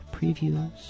previews